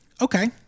okay